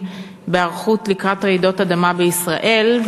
בהיערכות לקראת רעידות אדמה בישראל.